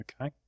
okay